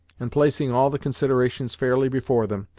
and placing all the considerations fairly before them,